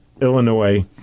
Illinois